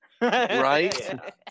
Right